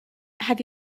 have